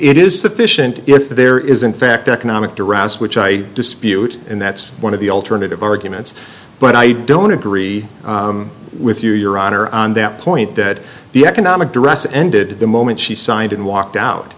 it is sufficient if there is in fact economic duran's which i dispute and that's one of the alternative arguments but i don't agree with you your honor on that point that the economic dress ended the moment she sighed and walked out